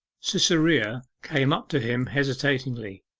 cytherea came up to him hesitatingly.